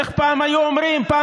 איך פעם היו אומרים?